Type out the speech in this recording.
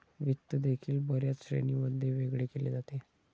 वित्त देखील बर्याच श्रेणींमध्ये वेगळे केले जाते